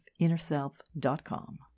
InnerSelf.com